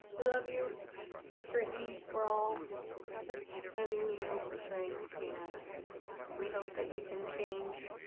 we love you britney. we're all sending you strength and we hope that you can change